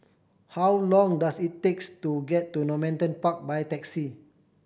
how long does it takes to get to Normanton Park by taxi